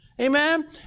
Amen